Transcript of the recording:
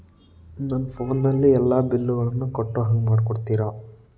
ನನ್ನ ಫೋನಿನಲ್ಲೇ ಎಲ್ಲಾ ಬಿಲ್ಲುಗಳನ್ನೂ ಕಟ್ಟೋ ಹಂಗ ಮಾಡಿಕೊಡ್ತೇರಾ?